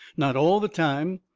not all the time.